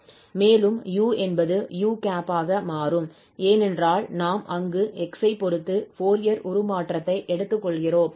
மேலும் 𝑢 என்பது 𝑢̂ ஆக மாறும் ஏனென்றால் நாம் அங்கு 𝑥 ஐப் பொறுத்து ஃபோரியர் உருமாற்றத்தை எடுத்துக்கொள்கிறோம்